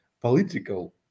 political